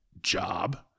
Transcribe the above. job